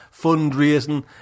fundraising